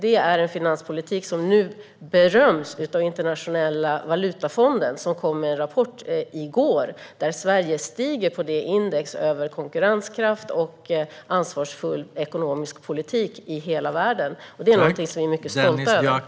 Det är en finanspolitik som nu får beröm av Internationella valutafonden, som i går kom med en rapport där Sverige stiger i indexet över konkurrenskraft och ansvarsfull ekonomisk politik i hela världen. Det är något som vi är mycket stolta över.